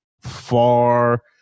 far